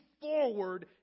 forward